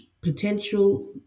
potential